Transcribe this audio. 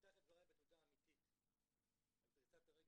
אפתח את דבריי בתודה אמיתית על דריסת הרגל